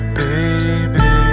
baby